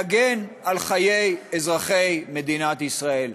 להגן על חיי אזרחי מדינת ישראל.